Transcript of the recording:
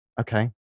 okay